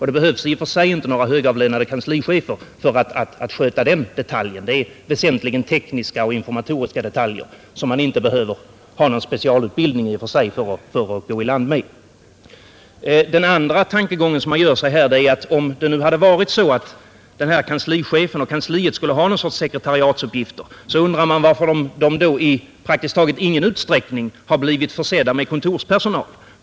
Det behövs alltså inte någon högavlönad kanslichef för att sköta den detaljen. Det är väsentligen fråga om tekniska och informatoriska uppgifter, som det inte behövs specialutbildning för att gå i land med. Om nu kanslichefen och kansliet skulle få sekretariatsuppgifter, så undrar man varför de i praktiskt taget ingen utsträckning försetts med kontorspersonal.